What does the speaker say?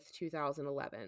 2011